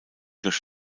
durch